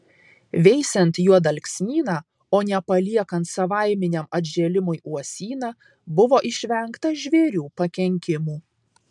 veisiant juodalksnyną o ne paliekant savaiminiam atžėlimui uosyną buvo išvengta žvėrių pakenkimų